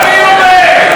מי אומר,